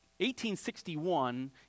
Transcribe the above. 1861